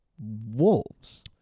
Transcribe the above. wolves